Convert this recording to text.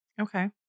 Okay